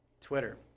Twitter